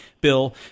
Bill